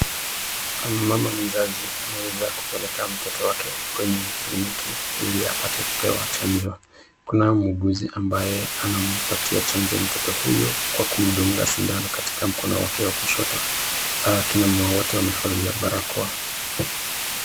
Mama mzazi ameweza kupeleka mtoto wake kwenye kliniki, ili apate kupewa chanjo. Kunao muuguzi ambaye anampatia chanjo mtoto huyo kwa kumdunga sindano katika mkono wake wa kushoto. Kina mama wote wamevalia barakoa.